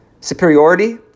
superiority